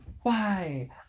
Why